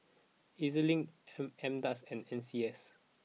Ez Link M M dose and N C S